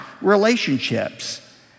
relationships